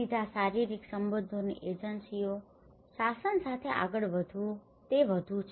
સીધા શારીરિક સંબંધોની એજન્સીઓ શાસન સાથે આગળ વધવું તે વધુ છે